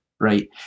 right